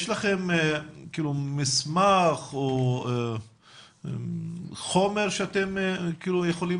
האם יש לכם מסמך או חומר שאתם יכולים